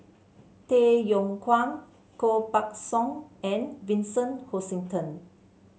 Tay Yong Kwang Koh Buck Song and Vincent Hoisington